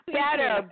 better